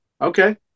Okay